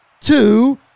two